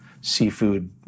seafood